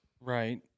Right